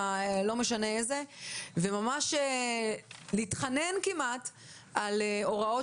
לא משנה איזה משרד וממש להתחנן כמעט על העברת הוראות